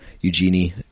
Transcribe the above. Eugenie